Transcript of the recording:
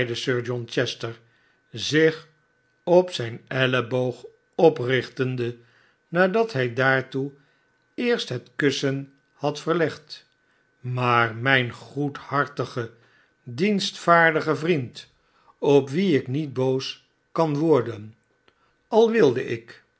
john chester zich op zijn elleboog oprichtende nadat hij daartoe eerst het kussen had verlegd smaar mijn goedhartige dienstvaardige vriend op wien ik niet boos kan worden al wilde ik